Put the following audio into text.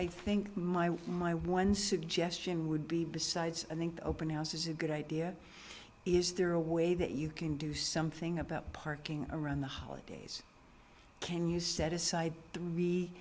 i think my my one suggestion would be besides i think open house is a good idea is there a way that you can do something about parking around the holidays can you set aside the